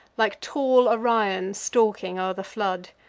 like tall orion stalking o'er the flood.